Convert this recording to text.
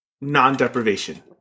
non-deprivation